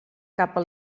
capa